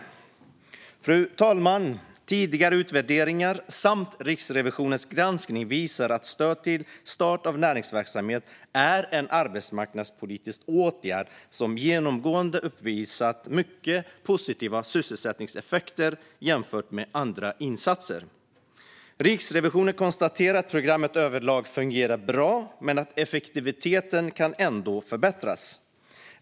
Fru talman! Tidigare utvärderingar och Riksrevisionens granskning visar att programmet Stöd till start av näringsverksamhet är en arbetsmarknadspolitisk åtgärd som genomgående uppvisat mycket positiva sysselsättningseffekter jämfört med andra insatser. Riksrevisionen konstaterar att programmet överlag fungerar bra men att effektiviteten ändå kan förbättras.